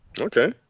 Okay